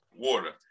water